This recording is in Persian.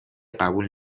قبول